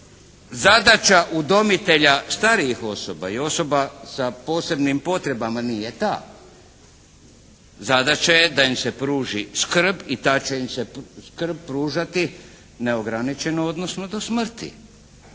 Zadaća udomitelja starijih osoba i osoba sa posebnim potrebama nije ta, zadaća je da im se pruži skrb i ta će im se skrb pružati neograničeno odnosno do smrti.